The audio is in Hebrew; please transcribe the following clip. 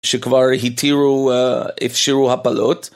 שכבר התירו, אפשרו הפלות.